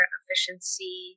efficiency